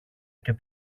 και